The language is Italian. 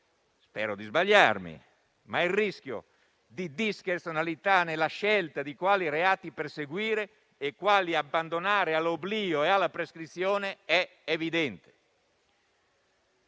Spero di sbagliarmi, ma il rischio di discrezionalità nella scelta di quali reati perseguire e quali abbandonare all'oblio e alla prescrizione è evidente.